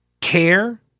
care